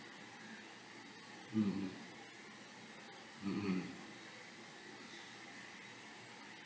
mm mm mm mm